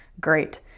Great